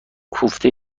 کوفته